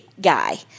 guy